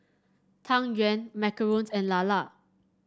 Tang Yuen macarons and lala